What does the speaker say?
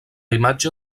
imatge